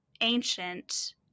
ancient